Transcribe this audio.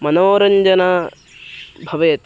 मनोरञ्जनं भवेत्